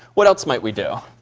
what else might we do?